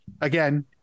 again